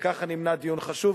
וכך נמנע דיון חשוב.